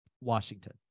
Washington